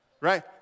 right